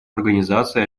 организации